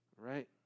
right